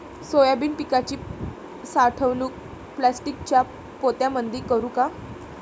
Soybean पिकाची साठवणूक प्लास्टिकच्या पोत्यामंदी करू का?